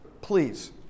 Please